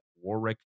Warwick